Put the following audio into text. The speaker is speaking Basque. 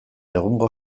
egungo